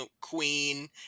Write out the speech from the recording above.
queen